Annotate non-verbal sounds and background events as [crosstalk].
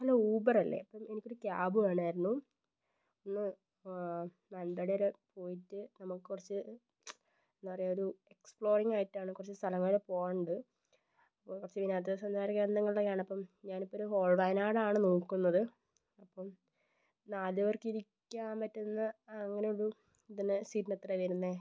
hello ഊബറല്ലെ [unintelligible] എനിക്കൊരു cab വേണമായിരുന്നു ഒന്ന് മാനന്തവാടി വരെ പോയിട്ട് നമുക്ക് കുറച്ച് എന്താ പറയുക ഒരു എക്സ്പ്ലോറിങ്ങ് ആയിട്ടാണ് കുറച്ച് സ്ഥലങ്ങളിൽ പോകുവാനുണ്ട് കുറച്ച് കഴിഞ്ഞാൽ വിനോദസഞ്ചാര കേന്ദ്രങ്ങളിലേക്കാണ് അപ്പം ഞാനിപ്പോഴൊരു ഹോൾ വയനാടാണ് നോക്കുന്നത് അപ്പം നാലു പേർക്കിരിക്കാൻ പറ്റുന്ന അങ്ങനെ ഒരു ഇതിന് സീറ്റിനെത്രയാണ് വരുന്നത്